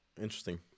Interesting